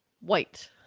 white